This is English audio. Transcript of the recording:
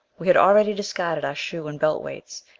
we had already discarded our shoe and belt weights.